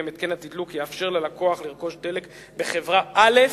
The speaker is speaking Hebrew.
שלפיהם התקן התדלוק יאפשר ללקוח לרכוש דלק בחברה א',